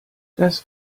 das